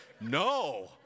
no